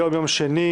היום יום שני,